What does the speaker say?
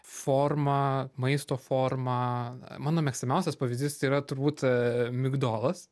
forma maisto forma mano mėgstamiausias pavyzdys yra turbūt migdolas